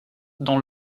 dans